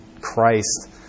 Christ